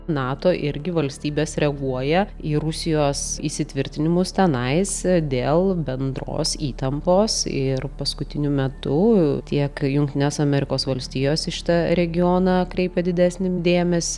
nato irgi valstybės reaguoja į rusijos įsitvirtinimus tenais dėl bendros įtampos ir paskutiniu metu tiek jungtinės amerikos valstijos į šitą regioną kreipia didesnį dėmesį